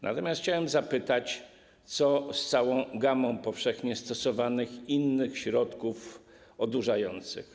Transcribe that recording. Natomiast chciałem zapytać, co z całą gamą powszechnie stosowanych innych środków odurzających.